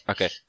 Okay